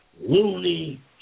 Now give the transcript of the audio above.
loony